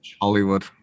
Hollywood